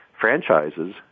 franchises